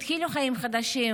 התחילו חיים חדשים,